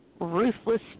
Ruthless